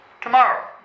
tomorrow